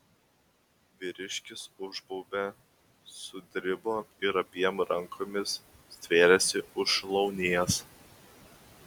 vyriškis užbaubė sudribo ir abiem rankomis stvėrėsi už šlaunies